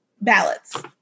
ballots